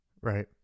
Right